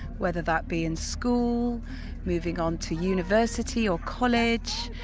whether that be in school moving on to university or college,